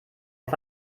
auf